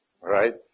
right